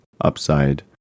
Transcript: upside